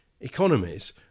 economies